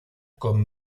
con